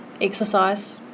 exercise